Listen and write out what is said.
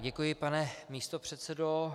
Děkuji, pane místopředsedo.